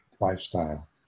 lifestyle